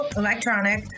electronic